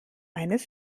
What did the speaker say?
eines